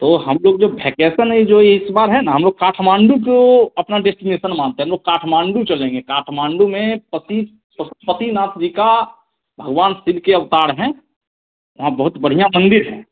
तो हम लोग जो भेकेशन है जो इस बार है ना हम लोग काठमांडू को अपना डेस्टिनेशन मानते हैं हम लोग काठमांडू चलेंगे काठमांडू में पति पशुपतिनाथ जी का भगवान शिव के अवतार हैं वहाँ बहुत बढ़िया मंदिर है